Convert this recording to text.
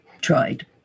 tried